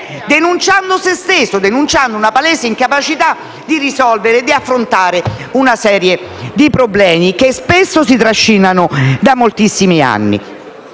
denunciando se stesso, ovvero una palese incapacità di affrontare e risolvere una serie di problemi che spesso si trascinano da moltissimi anni,